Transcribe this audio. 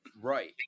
right